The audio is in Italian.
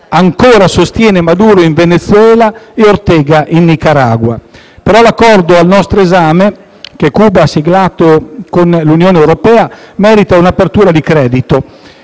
ancora sostiene Maduro in Venezuela e Ortega in Nicaragua. L'Accordo al nostro esame, che Cuba ha siglato con l'Unione europea, merita un'apertura di credito